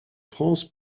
france